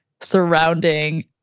surrounding